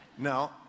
No